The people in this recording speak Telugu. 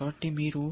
కాబట్టి అన్నింటికీ